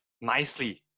nicely